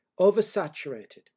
oversaturated